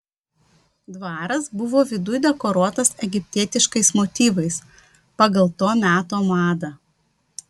dvaras buvo viduj dekoruotas egiptietiškais motyvais pagal to meto madą